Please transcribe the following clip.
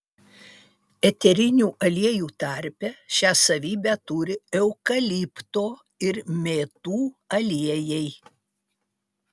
eterinių aliejų tarpe šią savybę turi eukalipto ir mėtų aliejai